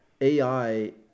AI